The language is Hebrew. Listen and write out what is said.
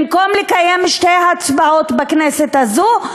במקום לקיים שתי הצבעות בכנסת הזאת,